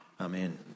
Amen